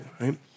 right